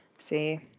see